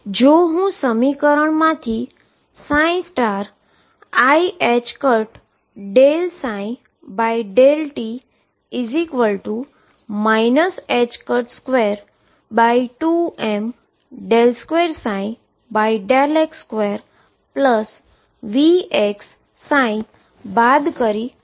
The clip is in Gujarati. જો હું સમીકરણ માંથી iℏ∂ψ∂t 22m2x2Vx બાદ કરી અને સમીકરણ લખુ